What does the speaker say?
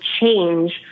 change